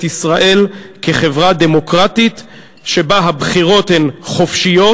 ישראל כחברה דמוקרטית שבה הבחירות הן חופשיות,